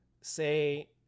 Say